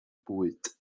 bwyd